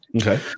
Okay